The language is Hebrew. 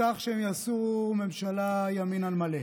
הובטח שהם יעשו ממשלת ימין על מלא,